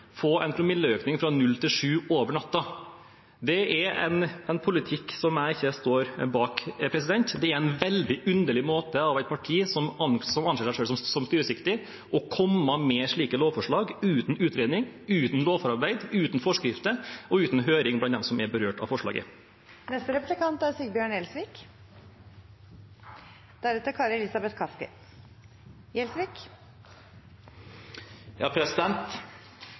få en økning fra 0 til 7 promille over natten. Det er en politikk jeg ikke står bak. Det er veldig underlig av et parti som anser seg selv som styringsdyktig, å komme med slike lovforslag uten utredning, uten lovforarbeid, uten forskrifter og uten høring blant dem som er berørt av forslaget. I revidert nasjonalbudsjett i år ble det vedtatt en ny skatteordning for utenlandske arbeidstakere. Det er